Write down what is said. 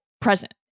present